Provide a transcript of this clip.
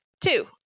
Two